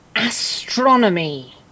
Astronomy